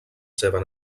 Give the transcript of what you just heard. seva